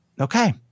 Okay